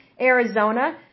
Arizona